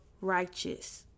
righteous